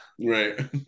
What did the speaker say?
Right